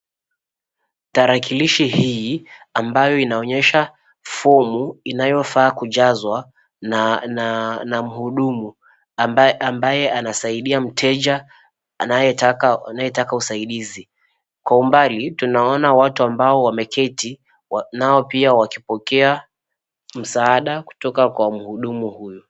Tarakilishi hii ambayo inaonyesha fomu inayofaa kujazwa na mhudumu ambaye anasaidia mteja anayetaka usaidizi. Kwa umbali tunaona watu ambao wameketi nao pia wakipokea msaada kutoka kwa mhudumu huyu.